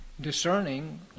discerning